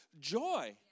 joy